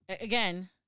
again